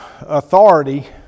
authority